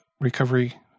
recovery